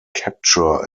capture